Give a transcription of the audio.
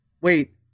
Wait